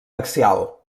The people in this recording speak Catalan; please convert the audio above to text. axial